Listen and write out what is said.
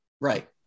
Right